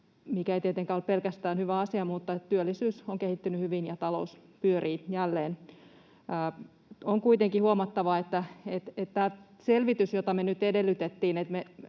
mikä ei tietenkään ole pelkästään hyvä asia, mutta työllisyys on kehittynyt hyvin ja talous pyörii jälleen. On kuitenkin huomattava, että tämä selvitys, jota me nyt edellytettiin